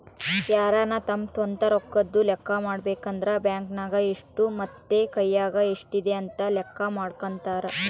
ಯಾರನ ತಮ್ಮ ಸ್ವಂತ ರೊಕ್ಕದ್ದು ಲೆಕ್ಕ ಮಾಡಬೇಕಂದ್ರ ಬ್ಯಾಂಕ್ ನಗ ಎಷ್ಟು ಮತ್ತೆ ಕೈಯಗ ಎಷ್ಟಿದೆ ಅಂತ ಲೆಕ್ಕ ಮಾಡಕಂತರಾ